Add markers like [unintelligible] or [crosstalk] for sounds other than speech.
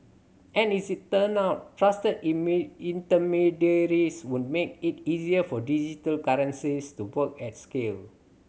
and it's turn out trusted [unintelligible] intermediaries would make it easier for digital currencies to work at scale